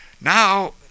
now